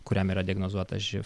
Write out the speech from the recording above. kuriam yra diagnozuotas živ